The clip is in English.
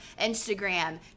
Instagram